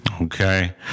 Okay